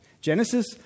Genesis